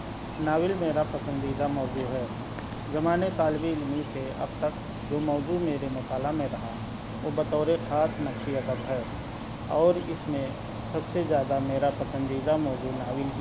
novel میرا پسندیدہ موضوع ہے زمانۂ طالب علمی سے اب تک جو موضوع میرے مطالعہ میں رہا وہ بطور خاص نفسی ادب ہے اور اس میں سب سے زیادہ میرا پسندیدہ موضوع ناول ہی ہے